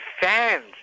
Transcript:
fans